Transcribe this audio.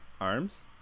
arms